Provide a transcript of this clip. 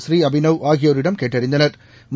ஸ்ரீ அபிநவ் ஆகியோரிடம் கேட்டறிந்தனா்